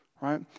right